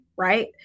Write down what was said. Right